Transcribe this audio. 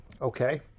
okay